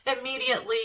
Immediately